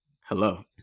Hello